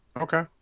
Okay